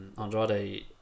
Andrade